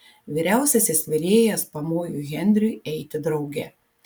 vyriausiasis virėjas pamojo henriui eiti drauge